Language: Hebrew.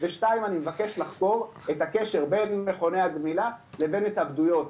הוא שאני מבקש לחקור את הקשר בין מכוני הגמילה לבין התאבדויות,